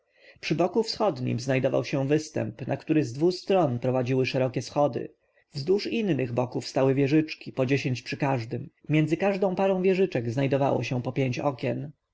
boku wschodnim znajdował się występ na który z dwu stron prowadziły szerokie schody wzdłuż innych boków stały wieżyczki po dziesięć przy każdym między każdą parą wieżyczek znajdowało się po pięć okien